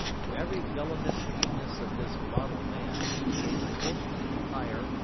to every villainous meanness of this model man it gave a hidden, higher,